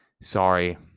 Sorry